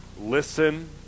listen